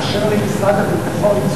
באשר למשרד הביטחון,